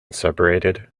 separated